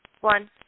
One